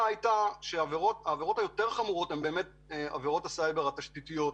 הייתה שהעבירות היותר חמורות הן עבירות הסייבר התשתיתיות.